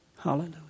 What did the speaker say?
Hallelujah